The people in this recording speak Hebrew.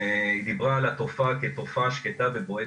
היא דיברה על התופעה כתופעה שקטה ובועטת.